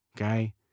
okay